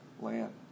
land